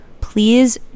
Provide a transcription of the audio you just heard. please